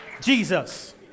Jesus